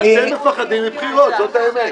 אתם מפחדים מבחירות, זאת האמת.